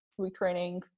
retraining